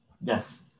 Yes